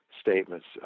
statements